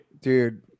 Dude